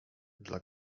dla